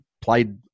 played